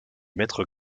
maîtres